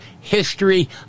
history